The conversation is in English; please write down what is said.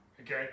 Okay